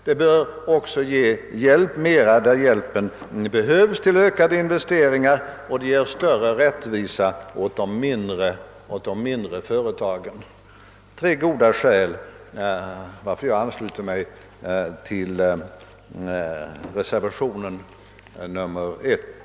Det bör också innebära, att det ges mera hjälp där hjälp behövs till ökade investeringar och att de mindre företagen bereds större rättvisa. Detta är tre goda skäl, varför jag ansluter mig till reservationen nr 1.